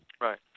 Right